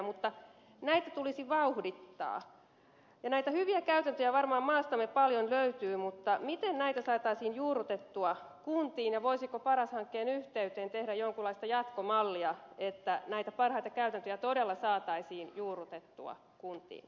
mutta näitä tulisi vauhdittaa ja näitä hyviä käytäntöjä varmaan maastamme paljon löytyy mutta miten näitä saataisiin juurrutettua kuntiin ja voisiko paras hankkeen yhteyteen tehdä jonkinlaista jatkomallia että näitä parhaita käytäntöjä todella saataisiin juurrutettua kuntiin